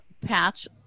patch